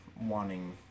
wanting